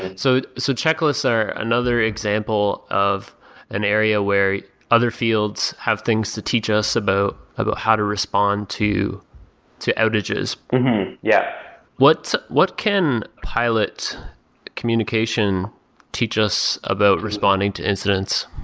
and so so checklists are another example of an area where other fields have things to teach us about about how to respond to to outages yeah what what can pilot communication teach us about responding to incidents?